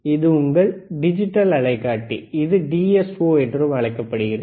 இது உங்கள் டிஜிட்டல் அலைக்காட்டி இது DSO என்றும் அழைக்கப்படுகிறது